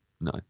No